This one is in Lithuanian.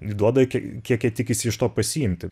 duoda į kiek jie tikisi iš to pasiimti